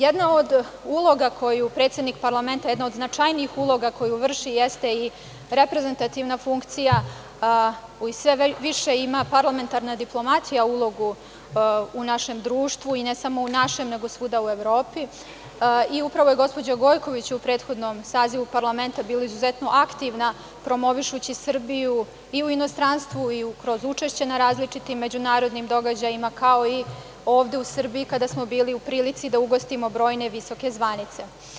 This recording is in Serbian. Jedna od uloga koju predsednik parlamenta, jedna od značajnijih uloga koju vrši jeste i reprezentativna funkcija i sve više ima parlamentarna diplomatija ulogu u našem društvu i ne samo u našem, nego i svuda u Evropi i upravo je gospođa Gojković u prethodnom sazivu parlamenta bila izuzetno aktivna promovišući Srbiju i u inostranstvu i kroz učešće na različitim međunarodnim događajima, kao i ovde u Srbiji, kada smo bili u prilici da ugostimo brojne visoke zvanice.